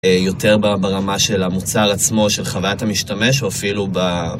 יותר ברמה של המוצר עצמו, של חוויית המשתמש, או אפילו ב...